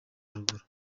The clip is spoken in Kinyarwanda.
haruguru